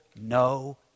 No